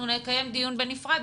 אנחנו נקיים דיון בנפרד.